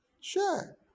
Sure